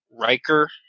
Riker